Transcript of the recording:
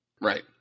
Right